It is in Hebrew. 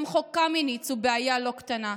גם חוק קמיניץ הוא בעיה לא קטנה,